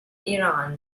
iran